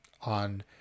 on